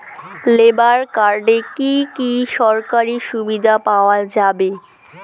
Labour কার্ডে কি কি সরকারি সুবিধা পাওয়া যাবে?